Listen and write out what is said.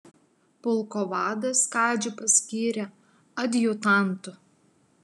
pulko vadas kadžį paskyrė adjutantu